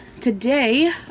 today